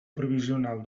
provisional